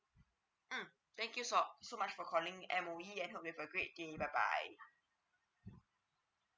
mm thank you so so much for calling M_O_E and hope you with a great day bye bye